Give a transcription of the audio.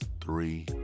three